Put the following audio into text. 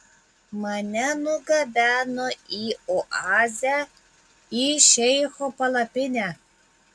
mane nugabeno į oazę į šeicho palapinę